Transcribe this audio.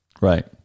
Right